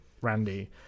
randy